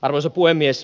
arvoisa puhemies